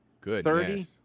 Good